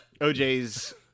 OJ's